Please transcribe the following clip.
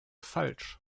falsch